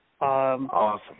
Awesome